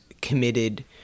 committed